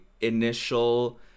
initial